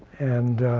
and